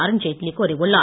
அருண்ஜேட்லி கூறியுள்ளார்